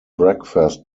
breakfast